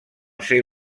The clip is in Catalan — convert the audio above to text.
ser